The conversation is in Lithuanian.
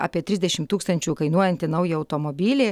apie trisdešimt tūkstančių kainuojantį naują automobilį